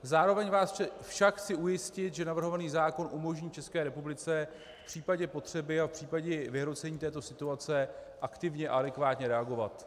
Zároveň vás však chci ujistit, že navrhovaný zákon umožní České republice v případě potřeby a v případě vyhrocení této situace aktivně a adekvátně reagovat.